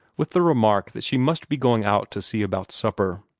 with the remark that she must be going out to see about supper.